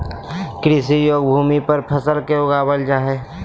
कृषि योग्य भूमि पर फसल के उगाबल जा हइ